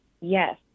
Yes